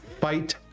fight